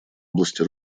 области